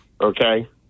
okay